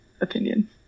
opinion